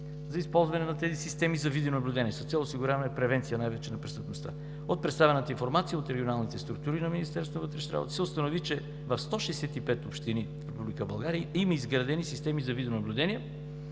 за използване на тези системи за видеонаблюдение с цел осигуряване превенция най-вече на престъпността. От представената информация от регионалните структури на Министерството на вътрешните работи се установи, че в 165 общини в Република България има изградени системи за видеонаблюдение,